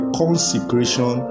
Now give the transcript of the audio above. consecration